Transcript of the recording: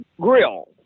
grill